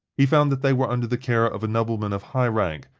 he found that they were under the care of a nobleman of high rank,